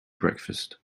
breakfast